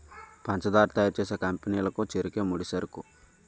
పంచదార తయారు చేసే కంపెనీ లకు చెరుకే ముడిసరుకు